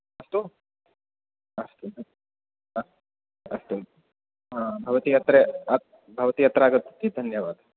अस्तु अस्तु अस् अस्तु भवती अत्र भवती अत्र आगच्छति धन्यवादः